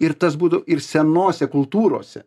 ir tas būtų ir senose kultūrose